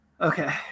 Okay